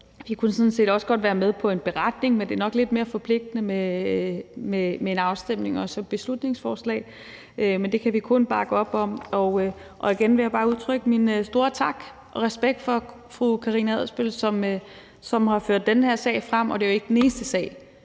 Vi kunne sådan set også godt være med på en beretning, men det er nok lidt mere forpligtende med en afstemning om det her beslutningsforslag. Men det kan vi kun bakke op om, og igen vil jeg bare udtrykke min store tak og respekt for fru Karina Adsbøl, som har ført den her sag frem, og det er jo ikke den eneste sag,